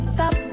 Stop